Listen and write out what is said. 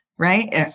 right